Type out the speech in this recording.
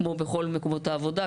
כמו בכל מקומות העבודה,